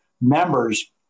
members